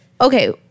Okay